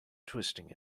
twisting